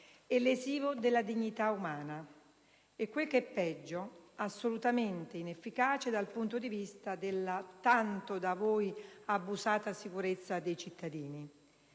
lesivo della dignità umana e - quel che è peggio - assolutamente inefficace dal punto di vista della tanto da voi abusata sicurezza dei cittadini.